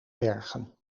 bergen